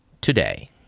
today